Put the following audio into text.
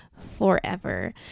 forever